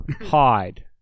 hide